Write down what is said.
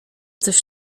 coś